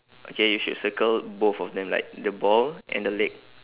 okay you should circle both of them like the ball and the leg